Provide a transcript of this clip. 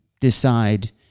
decide